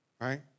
right